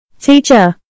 Teacher